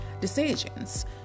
decisions